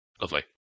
Lovely